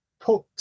put